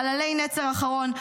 בחללי נצר אחרון,